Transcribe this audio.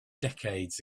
decades